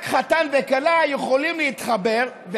רק חתן וכלה יכולים להתחבר,